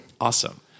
awesome